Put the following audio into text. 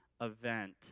event